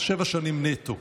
שבע שנים נטו.